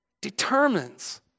determines